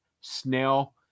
snail